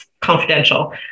confidential